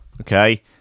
Okay